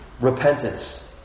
repentance